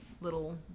little